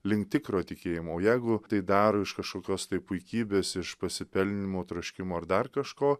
link tikro tikėjimo o jeigu tai dar iš kažkokios tai puikybės iš pasipelnymo troškimo ar dar kažko